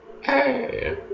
Hey